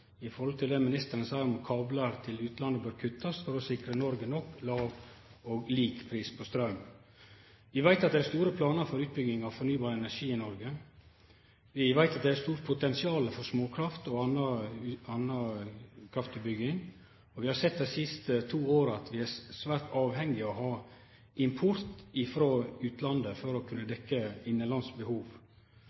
skapt stor bekymring det ministeren sa om at kablar til utlandet bør kuttast for å sikre Noreg låg nok og lik pris på straum. Vi veit at det er store planar for utbygging av fornybar energi i Noreg. Vi veit at det er eit stort potensial for småkraft og anna kraftutbygging, og vi har sett dei siste to åra at vi er svært avhengige av å ha import frå utlandet for å kunne